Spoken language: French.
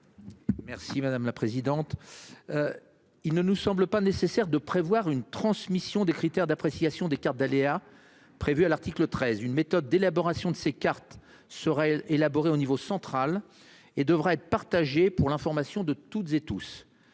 Merci madame la présidente. Il ne nous semble pas nécessaire de prévoir une transmission des critères d'appréciation des cartes d'aléas prévue à l'article 13, une méthode d'élaboration de ces cartes seraient élaboré au niveau central et devrait être partagée pour l'information de toutes et tous.